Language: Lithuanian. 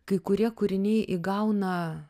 kai kurie kūriniai įgauna